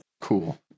Cool